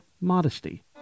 modesty